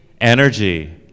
energy